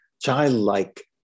childlike